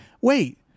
wait